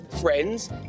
friends